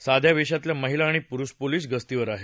साध्या वेषातल्या महिला आणि पुरुष पोलीस गस्तीवर आहेत